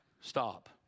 Stop